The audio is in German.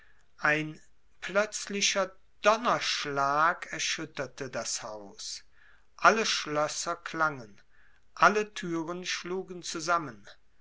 ein plötzlicher donnerschlag erschütterte das haus alle schlösser klangen alle türen schlugen zusammen